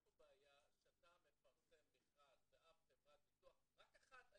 יש פה בעיה שאתה מפרסם מכרז ואף חברת ביטוח רק אחת,